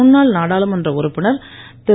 முன்னாள் நாடாளுமன்ற உறுப்பினர் திரு